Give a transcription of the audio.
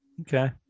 Okay